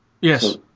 Yes